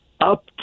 Up